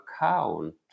account